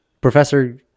Professor